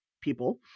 people